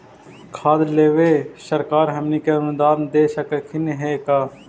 खाद लेबे सरकार हमनी के अनुदान दे सकखिन हे का?